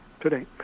Today